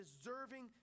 deserving